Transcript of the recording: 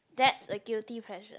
that's a guilty pleasure